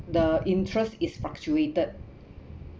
the interest is fluctuated